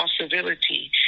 possibility